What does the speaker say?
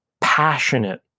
passionate